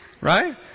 right